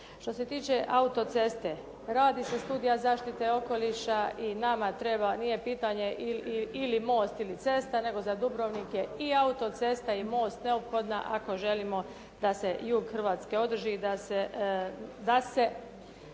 Što se tiče autoceste, radi se studija zaštite okoliša i nama treba, nije pitanje ili most ili cesta nego za Dubrovnik je i autocesta i most neophodna ako želimo da se jug hrvatske održi, da se